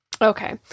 Okay